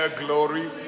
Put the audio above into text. glory